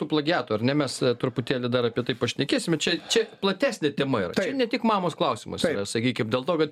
tų plagiatų ar ne mes truputėlį dar apie tai pašnekėsime čia čia platesnė tema čia tai ne tik mamos klausimas yra sakykim dėl to kad